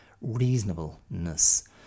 Reasonableness